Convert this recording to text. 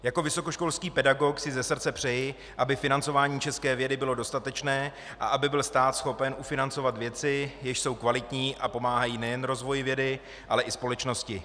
Jako vysokoškolský pedagog si ze srdce přeji, aby financování české vědy bylo dostatečné a aby byl stát schopen ufinancovat věci, jež jsou kvalitní a pomáhají nejen rozvoji vědy, ale i společnosti.